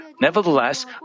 Nevertheless